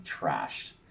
trashed